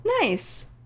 nice